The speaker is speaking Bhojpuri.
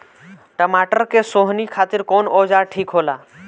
टमाटर के सोहनी खातिर कौन औजार ठीक होला?